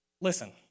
listen